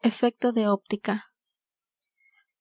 efecto de óptica